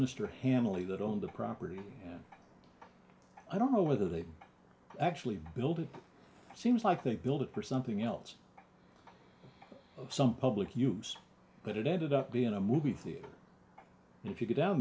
mr hanley that owned the property i don't know whether they actually build it seems like they build it for something else some public use but it ended up being a movie theater if you get down